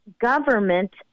government